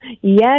Yes